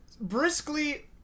briskly